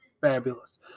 fabulous